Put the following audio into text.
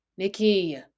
Nikki